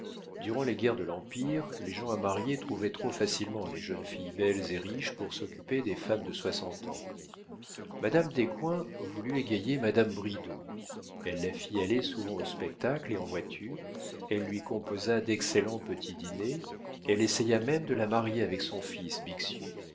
durant les guerres de l'empire les gens à marier trouvaient trop facilement des jeunes filles belles et riches pour s'occuper des femmes de soixante ans madame descoings voulut égayer madame bridau elle la fit aller souvent au spectacle et en voiture elle lui composa d'excellents petits dîners elle essaya même de la marier avec son fils